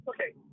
Okay